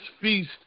feast